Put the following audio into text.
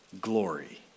glory